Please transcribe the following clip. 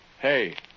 Hey